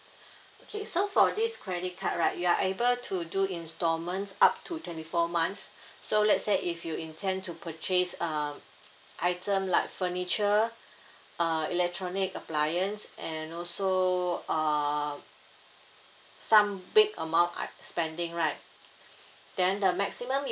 okay so for this credit card right you are able to do instalments up to twenty four months so let's say if you intend to purchase uh item like furniture uh electronic appliance and also uh some big amount uh spending right then the maximum